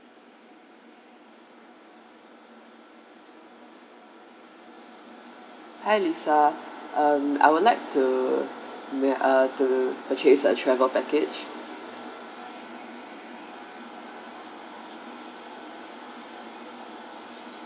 hi lisa I would like to make uh purchase a travel package